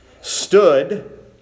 stood